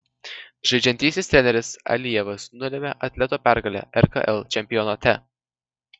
žaidžiantysis treneris alijevas nulėmė atleto pergalę rkl čempionate